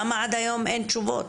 למה עד היום אין תשובות.